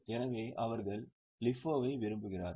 எனவே அவர்கள் LIFO ஐ விரும்புவார்கள்